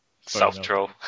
self-troll